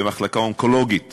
במחלקה האונקולוגית